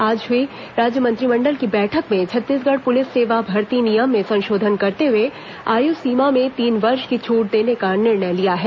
आज हुई राज्य मंत्रिमंडल की बैठक में छत्तीसगढ़ पुलिस सेवा भर्ती नियम में संशोधन करते हुए आयु सीमा में तीन वर्ष की छूट देने का निर्णय लिया गया है